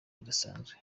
ridasanzwe